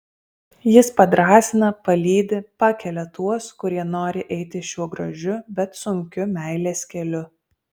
jis padrąsina palydi pakelia tuos kurie nori eiti šiuo gražiu bet sunkiu meilės keliu